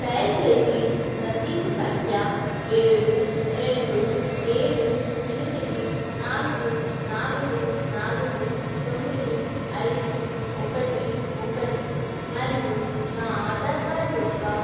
దయచేసి రసీదు సంఖ్య ఏడు రెండు ఏడు ఎనిమిది నాలుగు నాలుగు నాలుగు తొమ్మిది ఐదు ఒకటి ఒకటి మరియు నా ఆధార్ కార్డ్ యొక్క